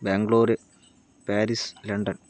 Bangalore Paris London